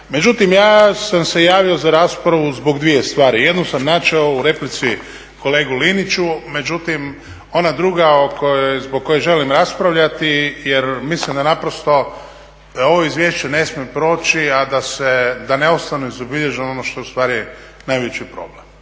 Međutim, ja sam se javio za raspravu zbog dvije stvari. Jednu sam načeo u replici kolegi Liniću, međutim ona druga o kojoj, zbog koje želim raspravljati jer mislim da naprosto ovo izvješće ne smije proći, a da ne ostane ne zabilježeno ono što je ustvari najveći problem,